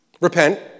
Repent